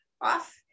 off